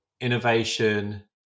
innovation